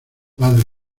padre